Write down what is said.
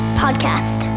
podcast